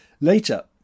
Later